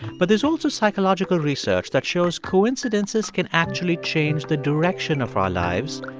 but there's also psychological research that shows coincidences can actually change the direction of our lives.